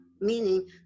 Meaning